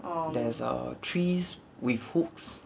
there's a trees with hooks